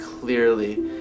clearly